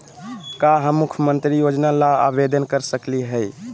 का हम मुख्यमंत्री योजना ला आवेदन कर सकली हई?